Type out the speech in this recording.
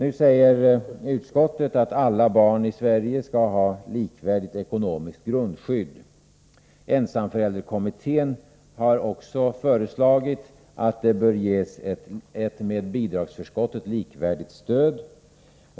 Utskottet säger nu att alla barn i Sverige skall ha ett likvärdigt ekonomiskt grundskydd, men att det får ankomma på regeringen att fundera över den tekniska utformningen. Ensamförälderkommittén har också föreslagit att det skall ges ett med bidragsförskottet likvärdigt stöd.